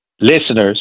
listeners